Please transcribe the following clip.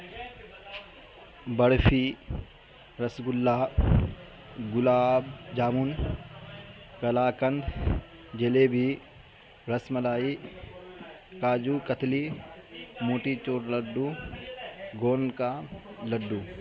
barfi rasgulla gulab jamun kalakand jalebi rasmalai kaju katli motichoor laddu گون کا لڈو